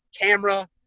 camera